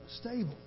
stable